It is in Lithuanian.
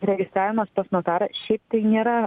registravimas pas notarą šiaip tai nėra